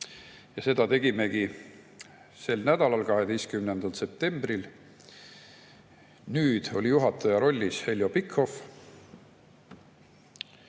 Seda me tegimegi sel nädalal, 12. septembril. Nüüd oli juhataja rollis Heljo Pikhof.